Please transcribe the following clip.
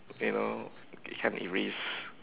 you know I can't erase